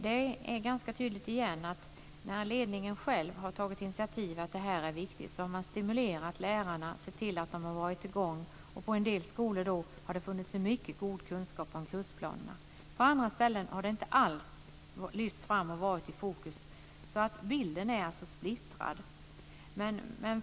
Det är ganska tydligt igen att när ledningen själv har tagit initiativ och sagt att det är viktigt, har man stimulerat lärarna och sett till att de har varit i gång. På en del skolor har det funnits en mycket god kunskap om kursplanerna. På andra ställen har det inte alls lyfts fram och varit i fokus. Bilden är alltså splittrad.